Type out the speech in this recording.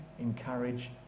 encourage